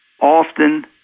often